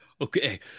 Okay